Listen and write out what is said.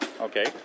Okay